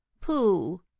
Pooh